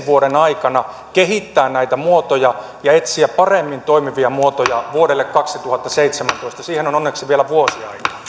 vuoden aikana kehittää näitä muotoja ja etsiä paremmin toimivia muotoja vuodelle kaksituhattaseitsemäntoista siihen on onneksi vielä vuosi